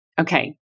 Okay